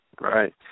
Right